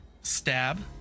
Stab